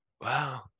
wow